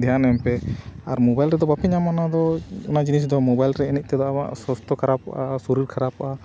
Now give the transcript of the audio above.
ᱫᱷᱮᱭᱟᱱ ᱮᱢᱯᱮ ᱟᱨ ᱢᱳᱵᱟᱭᱤᱞ ᱨᱮᱫᱚ ᱵᱟᱯᱮ ᱧᱟᱢᱟ ᱚᱱᱟ ᱫᱚ ᱚᱱᱟ ᱡᱤᱱᱤᱥ ᱫᱚ ᱢᱳᱵᱟᱭᱤᱞ ᱨᱮ ᱮᱱᱮᱡ ᱛᱮᱫᱚ ᱟᱢᱟᱜ ᱥᱟᱥᱛᱷᱚ ᱠᱷᱟᱨᱟᱯᱚᱜᱼᱟ ᱥᱚᱨᱤᱨ ᱠᱷᱟᱨᱟᱯᱚᱜᱼᱟ